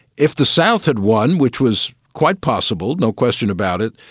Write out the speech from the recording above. if the south had won, which was quite possible, no question about it,